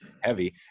heavy